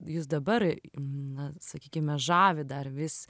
jus dabar na sakykime žavi dar vis